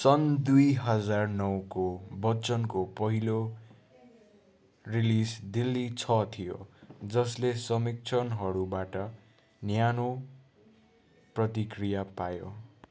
सन् दुई हजार नौको बच्चनको पहिलो रिलिज दिल्ली छ थियो जसले समीक्षकहरूबाट न्यानो प्रतिक्रिया पायो